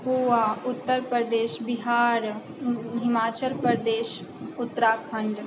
Goa Uttar Pradesh Bihar Himachal Pradesh Uttarakhand